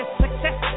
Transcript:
success